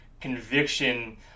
conviction